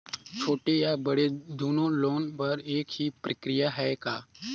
छोटे या बड़े दुनो लोन बर एक ही प्रक्रिया है का?